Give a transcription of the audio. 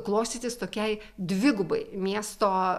klostytis tokiai dvigubai miesto